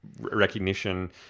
recognition